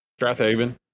Strathaven